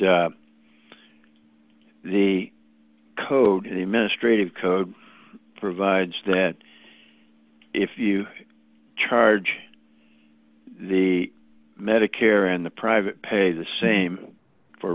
the code in the ministry of code provides that if you charge the medicare and the private pay the same for